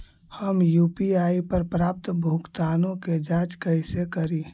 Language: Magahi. हम यु.पी.आई पर प्राप्त भुगतानों के जांच कैसे करी?